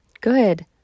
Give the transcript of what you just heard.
Good